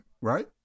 Right